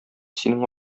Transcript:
синең